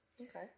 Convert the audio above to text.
Okay